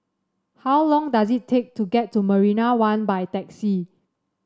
how long does it take to get to Marina One by taxi